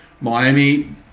miami